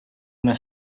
una